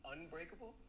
Unbreakable